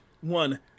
one